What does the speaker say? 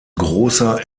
großer